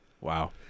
Wow